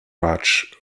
watch